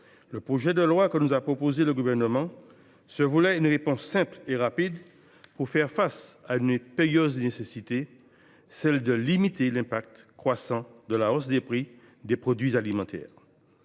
le projet de loi que nous a proposé le Gouvernement avait vocation à constituer une réponse simple et rapide pour faire face à une impérieuse nécessité : celle de limiter l’impact croissant de la hausse des prix des produits alimentaires.